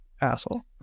asshole